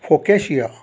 focaccia